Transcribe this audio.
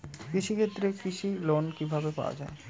কৃষি ক্ষেত্রে কৃষি লোন কিভাবে পাওয়া য়ায়?